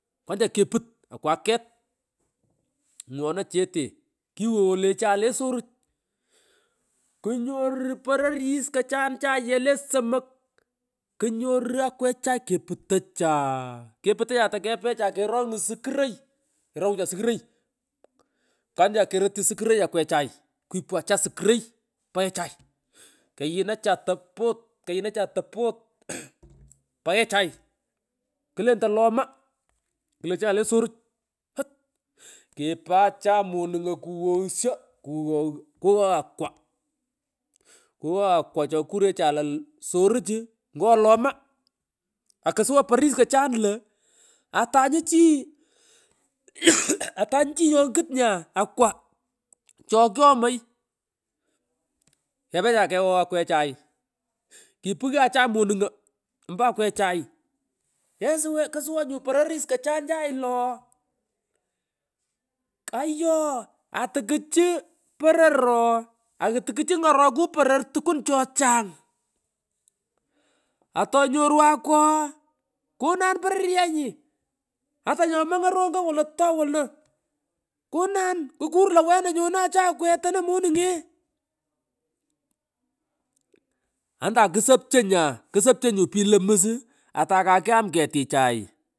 Wacha keput akwa ket swangzata kugh ngunoch chete kighaghay le chay le soruch kumung uuh kunyoru pororis kachari chaye be somok kunyoru akwechay keputacha aah leputocha takepecha karan sukuroy iii kerangucha sukuroy iii puanacha kerotyu sukuroy akweth kwipu acha sukuroy iii paghechay nghh kaghinacha topot keghinacha topot eeh pangechay klontoy loma klo cha le saruch ouch kipachay manungo kughoghishwo kughogh kughogh akwa huh kughogh akwa chokunecha to suruch uu ngo loma akusuwa pororis kochari atanyu chii kuragh ughu! Atanyi chi nyongut nya akwa chyorong kepecha. Keghosh akwechay hhh kipughyo acha monungo mpo akwechay kesuwa ksuwa nyu pororis kochan chai lo ooh kamugh ayoo atu kuchu poror ooh atu tukuchu ngorokay poror tukuun che chang ughh atonyoru akwaa ooh kunan pororenyi iii ata nyo mongoy rongo wotogh wono kuporu rongo kunan kukar lo wena nyono ochu akwe tono menunge ngalan sopuch antan kusopcho nya kusopcho nyu pro lo mus atay kakyam ketichay.